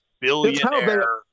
billionaire